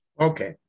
Okay